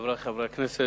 אתה יכול להגיד: